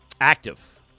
Active